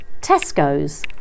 Tesco's